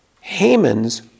Haman's